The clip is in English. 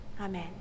AMEN